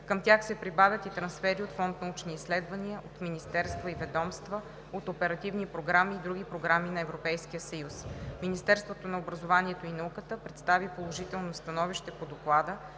Към тях се прибавят и трансфери от Фонд „Научни изследвания“, от министерства и ведомства, от оперативни програми и други програми на Европейския съюз. Министерството на образованието и науката представи положително становище по Доклада